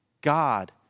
God